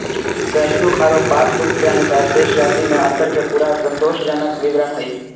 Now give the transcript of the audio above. cashbook आरो passbook के अनुसार शेष राशि में अंतर के पूरा संतोषजनक विवरण हइ